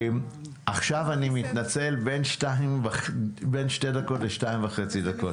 עכשיו אני מתנצל בין שתי דקות לשתיים וחצי דקות,